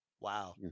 Wow